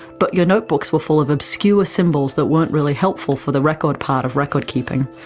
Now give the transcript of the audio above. but your notebooks were full of obscure symbols that weren't really helpful for the record part of record keeping.